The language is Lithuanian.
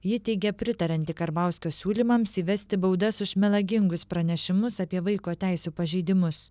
ji teigia pritarianti karbauskio siūlymams įvesti baudas už melagingus pranešimus apie vaiko teisių pažeidimus